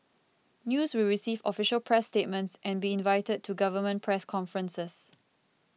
news will receive official press statements and be invited to government press conferences